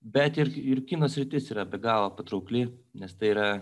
bet ir ir kino sritis yra be galo patraukli nes tai yra